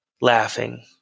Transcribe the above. laughing